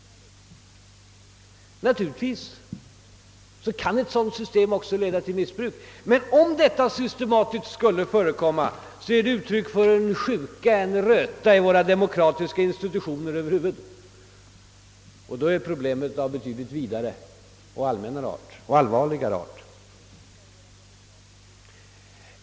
Naturligtvis kan ett sådant system medföra missbruk, men om detta skulle förekomma ofta är det uttryck för en sjuka, en röta i våra demokratiska institutioner och då är probemet av betydligt vidare och allvarligare art.